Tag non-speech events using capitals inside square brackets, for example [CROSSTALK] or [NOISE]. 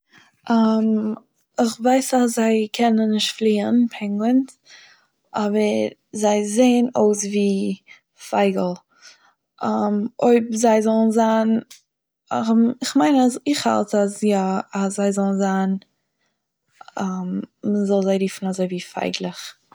[HESITATION] איך ווייס אז זיי קענען נישט פליען פעינגווין אבער זיי זעהן אויס ווי פייגל [HESITATION] אויב זיי זאלן זיין [HESITATION] כ'מיין אז איך האלט אז יא אז זיי זאלן זיין [HESITATION] מ'זאל זיי רופן אזוי ווי פייגלעך.